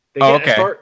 Okay